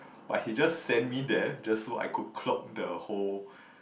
but he just send me there just so I could clock the whole